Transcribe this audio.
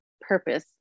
purpose